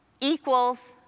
Equals